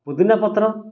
ପୁଦିନାପତ୍ର